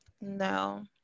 No